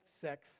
sex